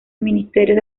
ministerios